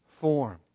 form